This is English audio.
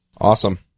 Awesome